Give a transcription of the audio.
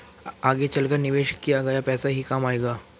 आगे चलकर निवेश किया गया पैसा ही काम आएगा